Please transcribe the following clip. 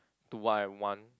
to what I want